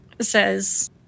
says